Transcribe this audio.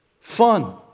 fun